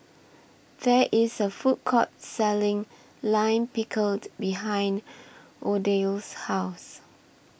There IS A Food Court Selling Lime Pickled behind Odile's House